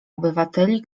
obywateli